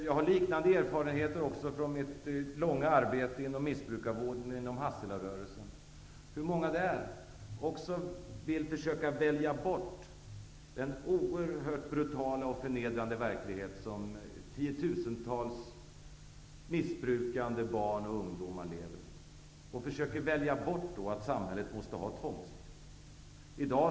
Jag har liknande erfarenheter från mitt långa arbete i missbrukarvården inom Hasselarörelsen, hur många det är som vill försöka välja bort den oerhört brutala och förnedrande verklighet som tiotusentals missbrukande barn och ungdomar lever i. De försöker välja bort att samhället måste ha tvångsmedel.